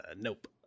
Nope